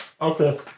Okay